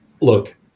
look